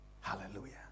Hallelujah